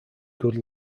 good